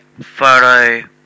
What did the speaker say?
photo